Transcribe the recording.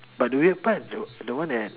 but do we apply the the one at